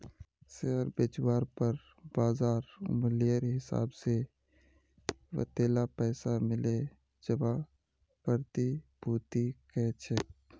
share बेचवार पर बाज़ार मूल्येर हिसाब से वतेला पैसा मिले जवाक प्रतिभूति कह छेक